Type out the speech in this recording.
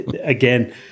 again